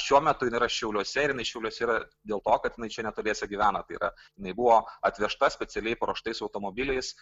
šiuo metu jinai yra šiauliuose ir jinai šiauliuose yra dėl to kad jinai čia netoliese gyvena tai yra jinai buvo atvežta specialiai paruoštais automobiliais